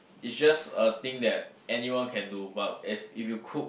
is just a thing that anyone can do but if if you cook